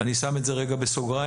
אני שם את זה רגע בסוגריים.